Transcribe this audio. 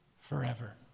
forever